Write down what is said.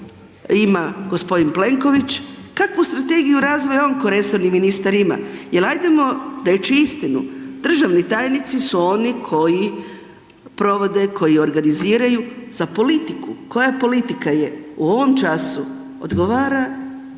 ima g. Plenković, kakvu strategiju razvoja je on kao resorni ministar ima jer ajdemo reći istinu, državni tajnici su oni koji provode, koji organiziraju za politiku, koja politika je u ovom času odgovara